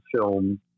film